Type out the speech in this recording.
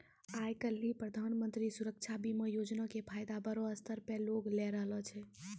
आइ काल्हि प्रधानमन्त्री सुरक्षा बीमा योजना के फायदा बड़ो स्तर पे लोग लै रहलो छै